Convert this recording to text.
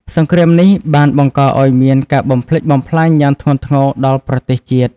សង្គ្រាមនេះបានបង្កឱ្យមានការបំផ្លិចបំផ្លាញយ៉ាងធ្ងន់ធ្ងរដល់ប្រទេសជាតិ។